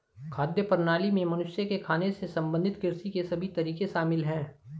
खाद्य प्रणाली में मनुष्य के खाने से संबंधित कृषि के सभी तरीके शामिल है